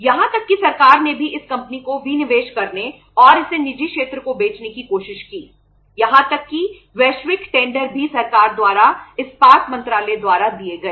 यहां तक कि सरकार ने भी इस कंपनी को विनिवेश करने और इसे निजी क्षेत्र को बेचने की कोशिश की यहां तक कि वैश्विक टेंडर भी सरकार द्वारा इस्पात मंत्रालय द्वारा दिए गए